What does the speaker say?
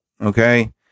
Okay